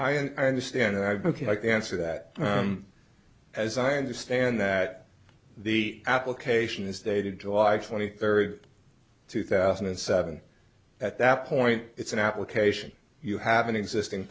i understand i because i can answer that as i understand that the application is dated july twenty third two thousand and seven at that point it's an application you have an existing